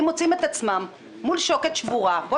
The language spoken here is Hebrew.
אנחנו